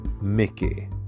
Mickey